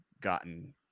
gotten